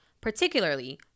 particularly